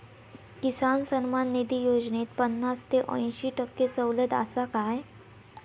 किसान सन्मान निधी योजनेत पन्नास ते अंयशी टक्के सवलत आसा काय?